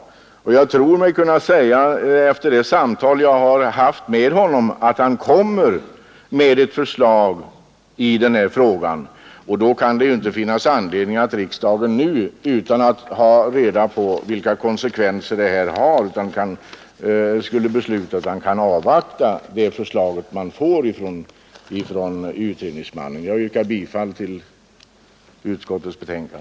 Och jag tror mig kunna säga, efter det samtal jag har haft med honom, att han kommer med ett förslag i frågan. Då kan det ju inte finnas anledning att riksdagen nu fattar ett beslut, utan att ha reda på vilka konsekvenser detta får. Riksdagen bör i stället avvakta förslaget från utredningsmannen. Jag yrkar bifall till utskottets hemställan.